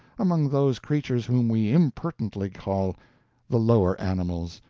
among those creatures whom we impertinently call the lower animals.